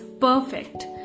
perfect